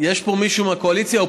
יש פה מישהו מהקואליציה?